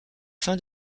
fin